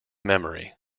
memory